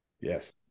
Yes